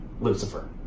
Lucifer